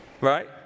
Right